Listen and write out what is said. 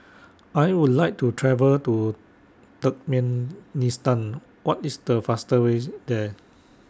I Would like to travel to Turkmenistan What IS The faster ways There